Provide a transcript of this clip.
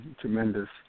tremendous